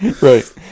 Right